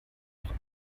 auch